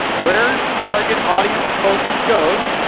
where target audience focus goes,